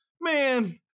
man